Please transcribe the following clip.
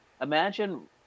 Imagine